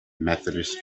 methodist